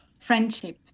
Friendship